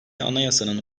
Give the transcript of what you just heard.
anayasanın